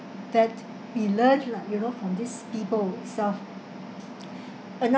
that we learn lah you know from this people itself another